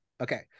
okay